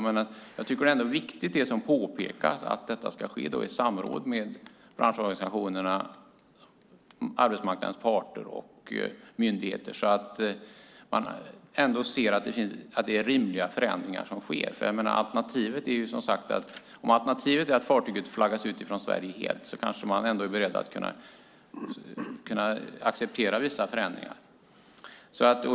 Det är viktigt, som påpekats, att detta ska ske i samråd med branschorganisationerna, arbetsmarknadens parter och myndigheter för att man ska kunna se till att det är rimliga förändringar som sker. Om alternativet är att fartyget flaggas ut från Sverige helt kanske man ändå är beredd att acceptera vissa förändringar.